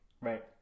Right